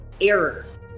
errors